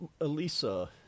Elisa